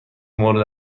مورد